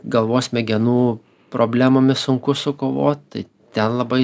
galvos smegenų problemomis sunku sukovot tai ten labai